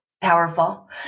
Powerful